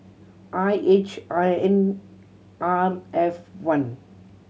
I H I N R F one